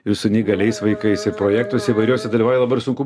ir su neįgaliais vaikais ir projektuose įvairiuose dalyvauja dabar sunku